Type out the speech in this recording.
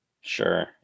Sure